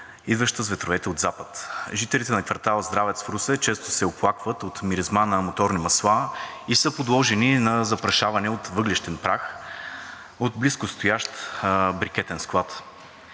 идваща с ветровете от запад. Жителите на квартал „Здравец“ в Русе често се оплакват от миризма на моторни масла и са подложени на запрашаване от въглищен прах от близкостоящ брикетен склад.